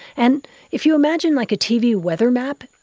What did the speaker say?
and if you imagine, like, a tv weather map,